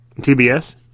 TBS